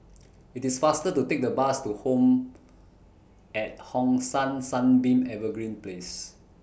IT IS faster to Take The Bus to Home At Hong San Sunbeam Evergreen Place